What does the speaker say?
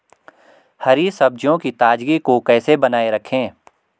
हरी सब्जियों की ताजगी को कैसे बनाये रखें?